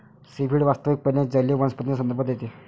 seaweed वास्तविकपणे जलीय वनस्पतींचा संदर्भ देते